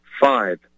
Five